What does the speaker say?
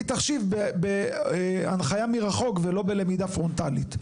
תחשיב בהנחיה מרחוק ולא בלמידה פרונטלית.